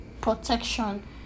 protection